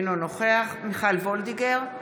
אינו נוכח מיכל וולדיגר,